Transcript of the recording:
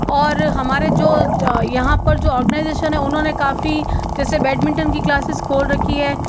और हमारे जो यहाँ पर जो ऑर्गेनाइजेशन है उन्होंने काफ़ी जैसे बैडमिंटन की क्लासेस खोल रखी है